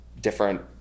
different